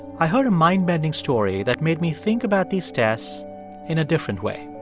i heard a mind-bending story that made me think about these tests in a different way.